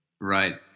right